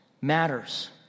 matters